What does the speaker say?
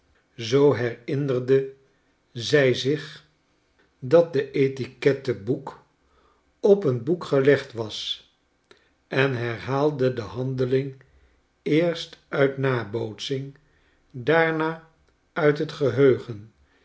zoo herinnerde zy zich dat de etiquette b o e k op een boek gelegd was en herhaalde de handeling eerst uit nabootsing daarna uit hetgeheugen